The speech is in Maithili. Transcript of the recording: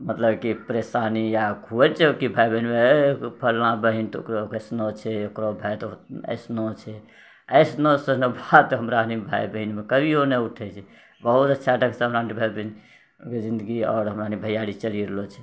मतलब कि परेशानी या होइ छै कि भाय बहिनमे ओ फल्लाँ बहन तऽ ओकरा तऽ ऐसनो छै तऽ ओकरो भाय तऽ ऐसनो छै ऐसनो सनि बात हमरा भाय बहिनमे कभियो नहि उठे छै बहुत अच्छा सम्बन्ध अभी जिन्दगी हमरा भैय्यारी चलि रहलो छै